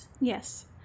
Yes